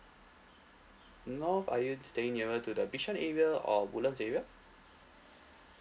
north are you staying nearer to the bishan area or woodlands area